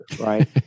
Right